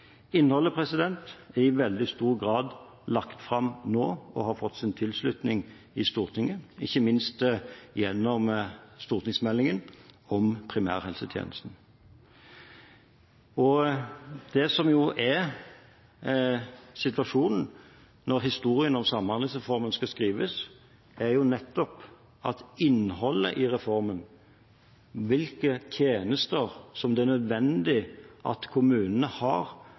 Innholdet er i veldig stor grad lagt fram nå og har fått sin tilslutning i Stortinget, ikke minst gjennom stortingsmeldingen om primærhelsetjenesten. Det som er situasjonen når historien om samhandlingsreformen skal skrives, er nettopp at innholdet i reformen, forutsetningene for de tjenestene som det er nødvendig at kommunene har